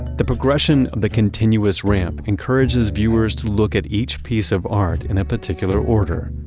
the progression of the continuous ramp encourages viewers to look at each piece of art in a particular order.